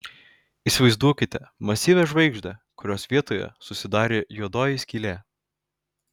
įsivaizduokite masyvią žvaigždę kurios vietoje susidarė juodoji skylė